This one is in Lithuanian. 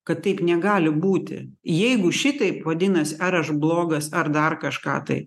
kad taip negali būti jeigu šitaip vadinas ar aš blogas ar dar kažką tai